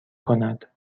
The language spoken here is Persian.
کند